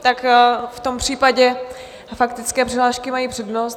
Tak v tom případě faktické přihlášky mají přednost.